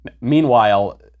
Meanwhile